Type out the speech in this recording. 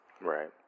Right